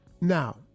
Now